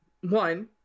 one